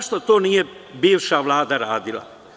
Zašto to nije bivša Vlada radila.